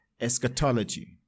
eschatology